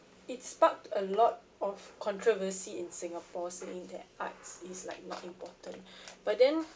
it sparked a lot of controversy in singapore saying that arts is like not important but then